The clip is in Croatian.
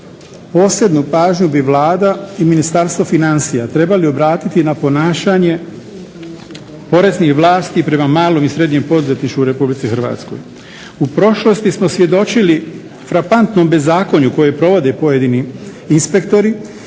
posebnu pažnju bi Vlada i Ministarstvo financija trebali obratiti na ponašanje poreznih vlasti prema malom i srednjem poduzetništvu u Republici Hrvatskoj. U prošlosti smo svjedočili frapantnom bezakonju koje provode pojedini inspektori,